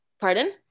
pardon